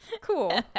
cool